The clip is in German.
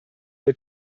der